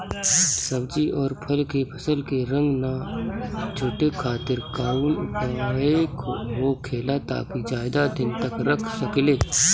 सब्जी और फल के फसल के रंग न छुटे खातिर काउन उपाय होखेला ताकि ज्यादा दिन तक रख सकिले?